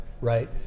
right